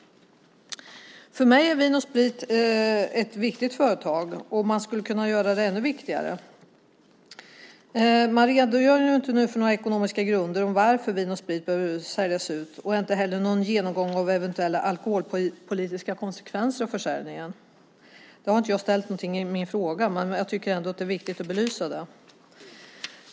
För mig är Vin & Sprit ett viktigt företag, och det skulle kunna vara ännu viktigare. Man redogör inte för några ekonomiska grunder till varför Vin & Sprit bör säljas ut, och man gör inte heller någon genomgång av eventuella alkoholpolitiska konsekvenser av försäljningen. Det har jag inte ställt några frågor om i min interpellation, men jag tycker ändå att det är viktigt att belysa detta.